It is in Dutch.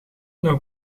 nog